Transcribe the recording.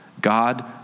god